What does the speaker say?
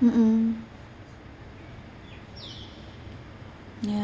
mmhmm ya